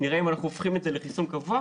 נראה אם אנחנו הופכים את זה לחיסון קבוע,